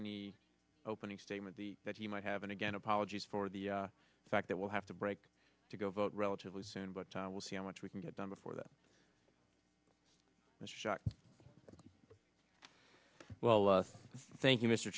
any opening statement that he might have and again apologies for the fact that we'll have to break to go vote relatively soon but we'll see how much we can get done before that shock well thank you mr